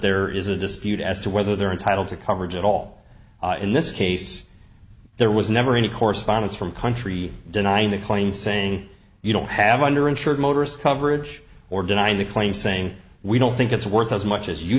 there is a dispute as to whether they're entitled to coverage at all in this case there was never any correspondence from country denying the claim saying you don't have under insured motorists coverage or deny the claim saying we don't think it's worth as much as you